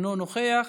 אינו נוכח,